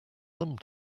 thumb